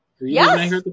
Yes